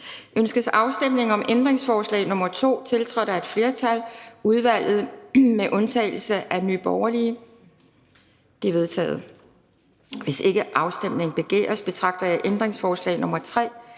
Ønskes afstemning om ændringsforslag nr. 2, tiltrådt af et flertal (udvalget med undtagelse af NB)? Det er vedtaget. Hvis ikke afstemning begæres, betragter jeg ændringsforslag nr. 3